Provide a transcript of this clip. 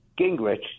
Gingrich